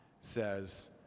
says